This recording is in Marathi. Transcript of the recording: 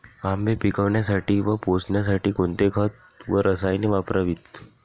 आंबे पिकवण्यासाठी व पोसण्यासाठी कोणते खत व रसायने वापरावीत?